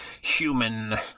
human